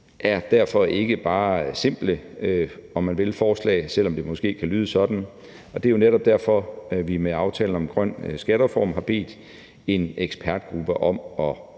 er derfor ikke bare, om man vil, simple forslag, selv om det måske kan lyde sådan, og det er jo netop derfor, vi med aftalen om en grøn skattereform har bedt en ekspertgruppe om at